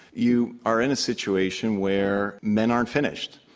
you are in a situation where men aren't finished,